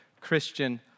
Christian